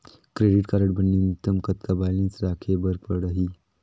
Credit card बर न्यूनतम कतका बैलेंस राखे बर पड़ही?